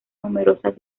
numerosas